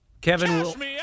Kevin